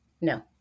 No